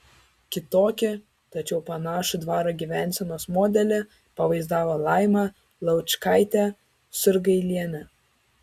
kitokį tačiau panašų dvaro gyvensenos modelį pavaizdavo laima laučkaitė surgailienė